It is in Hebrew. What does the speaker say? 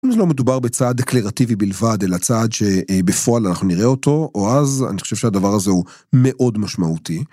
לא מדובר בצעד דקלרטיבי בלבד אלא צעד שבפועל אנחנו נראה אותו או אז אני חושב שהדבר הזה הוא מאוד משמעותי.